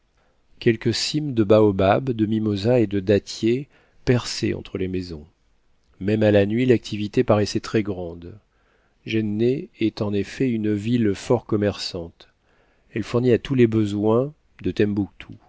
quelques cimes de baobabs de mimoras et de dattiers perçaient entre les maisons même à la nuit l'activité paraissait très grande jenné est en effet une ville fort commerçante elle fournit à tous les besoins de